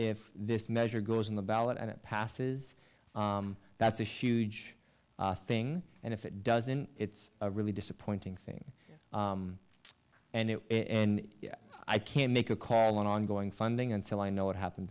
if this measure goes in the ballot and it passes that's a huge thing and if it doesn't it's a really disappointing thing and it and i can't make a call on ongoing funding until i know what happen